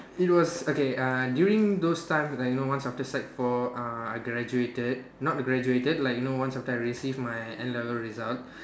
it was okay uh during those times right you know once after sec four uh I graduated not graduated like you know once after I received my N-level results